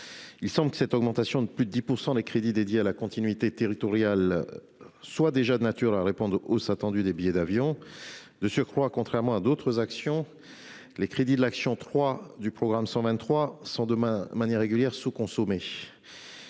% en un an. Cette augmentation de plus de 10 % des crédits dédiés à la continuité territoriale semble déjà de nature à répondre aux hausses attendues des prix des billets d'avion. De surcroît, contrairement à d'autres actions, les crédits de l'action n° 03 du programme 123 sont, de manière régulière, sous-consommés.